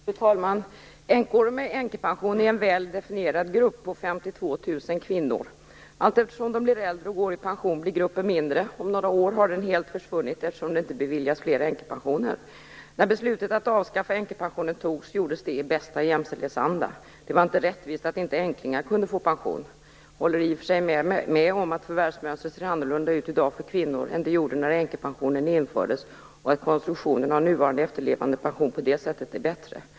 Fru talman! Änkor med änkepension är en väl definierad grupp på 52 000 kvinnor. Allteftersom de här kvinnorna blir äldre och går i pension blir gruppen mindre. Om några år har den helt försvunnit, eftersom det inte beviljas fler änkepensioner. Då beslutet att avskaffa änkepensionen fattades skedde det i bästa jämställdhetsanda. Det var inte rättvist att änklingar inte kunde få pension. Jag håller i och för sig med om att förvärvsmönstret i dag ser annorlunda ut för kvinnor jämfört med hur det såg ut då änkepensionen infördes och att konstruktionen av nuvarande efterlevandepension på det sättet är bättre.